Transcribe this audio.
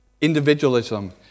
Individualism